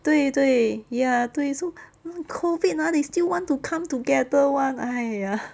对对 ya 对 so COVID ah they still want to come together [one] !aiya!